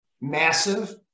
massive